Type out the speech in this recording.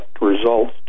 results